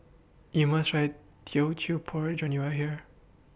YOU must Try Teochew Porridge when YOU Are here